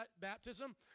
baptism